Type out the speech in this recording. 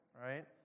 right